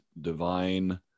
divine